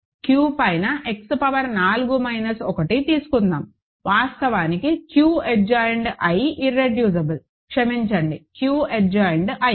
Q పైన X power 4 minus 1 తీసుకుందాం వాస్తవానికి Q అడ్జాయిన్డ్ i ఇర్రెడ్యూసిబుల్ క్షమించండి Q అడ్జాయిన్డ్ i